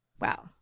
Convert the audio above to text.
Wow